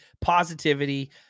positivity